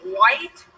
white